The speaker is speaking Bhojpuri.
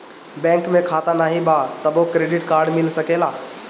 बैंक में खाता नाही बा तबो क्रेडिट कार्ड मिल सकेला?